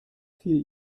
fiel